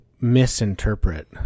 misinterpret